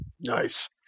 Nice